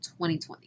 2020